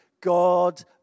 God